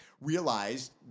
realized